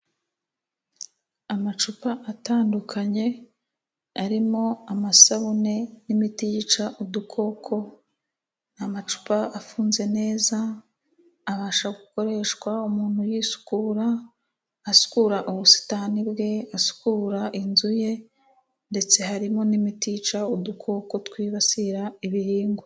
Amacupa atandukanye arimo amasabune n'imiti yica udukoko. Ni amacupa afunze neza abasha gukoreshwa umuntu yisukura, asukura ubusitani bwe, asukura inzu ye ndetse harimo n'imiti yica udukoko twibasira ibihingwa.